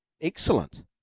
Excellent